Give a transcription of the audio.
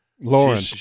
Lauren